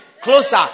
closer